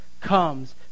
comes